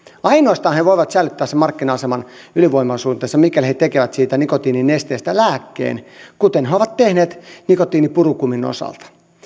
ainoastaan he voivat säilyttää sen markkina aseman ylivoimaosuutensa mikäli he tekevät siitä nikotiininesteestä lääkkeen kuten he ovat tehneet nikotiinipurukumin osalta